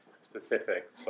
specific